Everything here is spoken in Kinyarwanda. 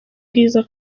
bwiza